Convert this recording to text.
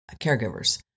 caregivers